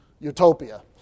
utopia